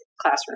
classroom